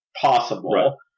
possible